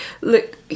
look